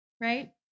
right